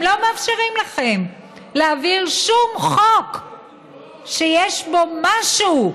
הם לא מאפשרים לכם להעביר שום חוק שיש בו משהו,